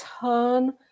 turn